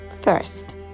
first